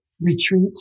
retreat